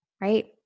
Right